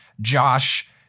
Josh